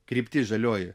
kryptis žalioji